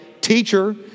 Teacher